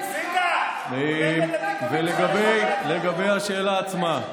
--- צביקה --- לגבי השאלה עצמה,